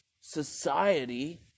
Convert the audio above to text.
society